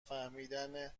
فهمیدن